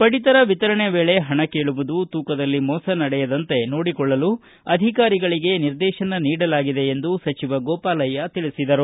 ಪಡಿತರ ವಿತರಣೆ ವೇಳೆ ಹಣ ಕೇಳುವುದು ತೂಕದಲ್ಲಿ ಮೋಸ ನಡೆಯದಂತೆ ನೋಡಿಕೊಳ್ಳಲು ಅಧಿಕಾರಿಗಳಿಗೆ ನಿರ್ದೇಶನ ನೀಡಲಾಗಿದೆ ಎಂದು ಸಚಿವ ಗೋಪಾಲಯ್ಯ ತಿಳಿಸಿದರು